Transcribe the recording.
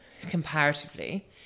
comparatively